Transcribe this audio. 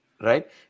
Right